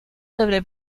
sobre